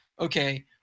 Okay